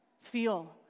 feel